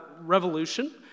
revolution